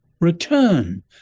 Return